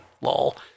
Lol